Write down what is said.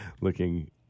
looking